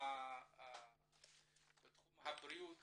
בתחום הבריאות